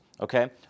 Okay